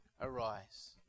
arise